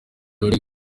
bari